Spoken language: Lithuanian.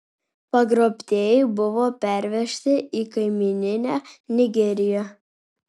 pagrobtieji buvo pervežti į kaimyninę nigeriją